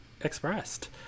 expressed